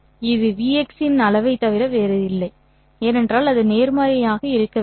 இது vx இன் அளவைத் தவிர வேறில்லை ஏனென்றால் அது நேர்மறையாக இருக்க வேண்டும்